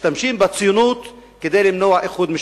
משתמשים בציונות כדי למנוע איחוד משפחות,